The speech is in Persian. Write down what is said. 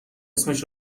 اسمش